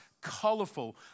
colorful